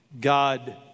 God